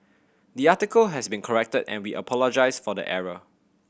the article has been corrected and we apologise for the error